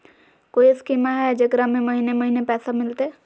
कोइ स्कीमा हय, जेकरा में महीने महीने पैसा मिलते?